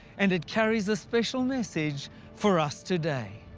and it carries a special message for us today.